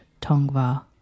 Tongva